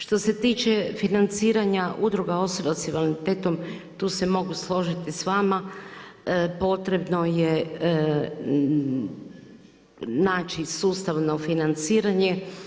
Što se tiče financiranja udruga osoba sa invaliditetom, tu se mogu složiti s vama, potrebno je naći sustavno financiranje.